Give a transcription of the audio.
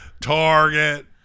Target